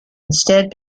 instead